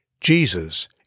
Jesus